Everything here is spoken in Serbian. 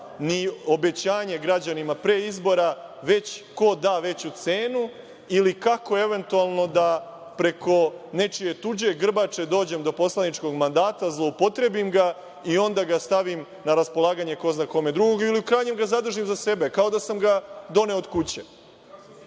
ni obećanja građanima pre izbora, već ko da veću cenu ili kako eventualno da preko nečije tuđe grbače dođem do poslaničkog mandata, zloupotrebim ga i onda ga stavim na raspolaganje ko zna kome drugom ili u krajnjem ga zadržim za sebe, kao da sam ga doneo od kuće. To